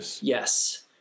yes